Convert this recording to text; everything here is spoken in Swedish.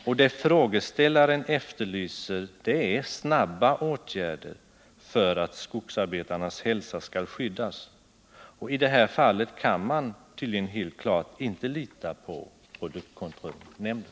Det som frågeställaren efterlyser är snabba åtgärder för att skogsarbetarnas hälsa skall skyddas. Det är helt klart att man i detta fall inte kan lita på produktkontrollnämnden.